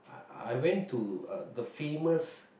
I went to the famous